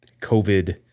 COVID